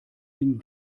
den